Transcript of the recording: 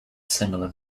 similar